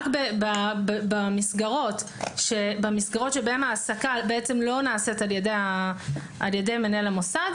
רק במסגרות בהן ההעסקה לא נעשית על ידי מנהל המוסד,